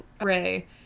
ray